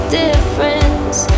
difference